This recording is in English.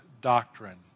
doctrine